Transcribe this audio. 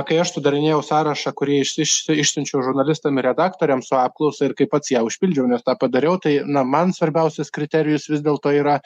kai aš sudarinėjau sąrašą kurį iš iš išsiunčiau žurnalistam ir redaktoriams su apklausa ir kai pats ją užpildžiau nes tą padariau tai na man svarbiausias kriterijus vis dėlto yra